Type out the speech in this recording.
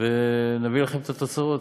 ונביא לכם את התוצאות.